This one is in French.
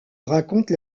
raconte